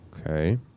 Okay